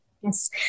yes